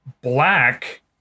black